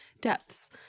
depths